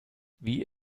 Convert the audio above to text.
wie